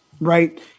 right